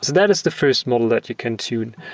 that is the first model that you can tune.